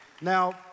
Now